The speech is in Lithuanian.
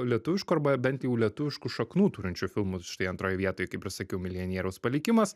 lietuviškų arba bent jau lietuviškų šaknų turinčių filmų štai antroj vietoj kaip ir sakiau milijonieriaus palikimas